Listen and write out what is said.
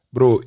Bro